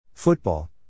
Football